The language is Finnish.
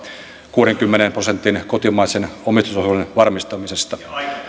kuudenkymmenen prosentin kotimaisen omistusosuuden varmistamisesta kun